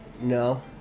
No